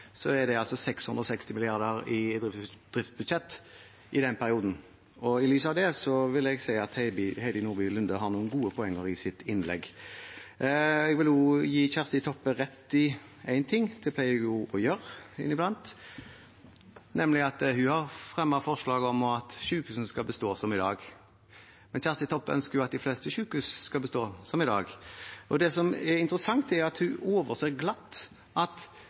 er unaturlig, er det altså 660 mrd. kr i driftsbudsjett i den perioden. I lys av det vil jeg si at Heidi Nordby Lunde har noe gode poenger i sitt innlegg. Jeg vil også gi representanten Kjersti Toppe rett i én ting – det pleier jeg å gjøre iblant – nemlig at hun har fremmet forslag om at sykehusene skal bestå som i dag. Men Kjersti Toppe ønsker jo at de fleste sykehus skal bestå som i dag. Det som er interessant, er at hun glatt overser at